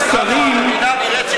מאשר בנימין נתניהו.